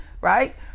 right